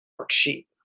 worksheet